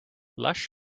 lush